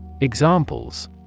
Examples